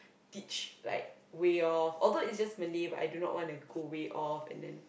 teach like way off although is this Malay I didn't want to go way off and then